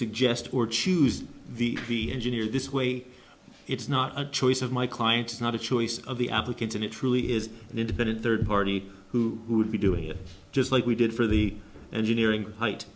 suggest or choose the engineer this way it's not a choice of my client's not a choice of the applicants and it truly is an independent third party who would be doing just like we did for the engineering height